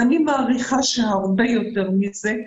ואני מעריכה שהרבה יותר מזה,